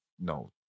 No